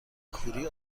کوری